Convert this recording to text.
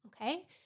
Okay